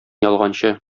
ялганчы